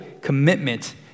commitment